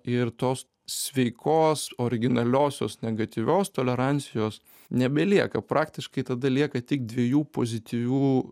ir tos sveikos originaliosios negatyvios tolerancijos nebelieka praktiškai tada lieka tik dviejų pozityvių